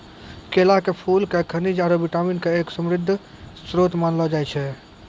केला के फूल क खनिज आरो विटामिन के एक समृद्ध श्रोत मानलो जाय छै